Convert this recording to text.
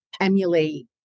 emulate